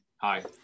hi